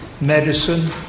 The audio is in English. medicine